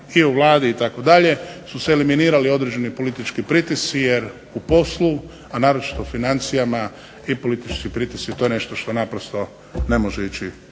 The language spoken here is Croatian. i u Vladi itd. su se eliminirali određeni politički pritisci jer u poslu, a naročito u financijama i politički pritisci to je nešto što naprosto ne može ići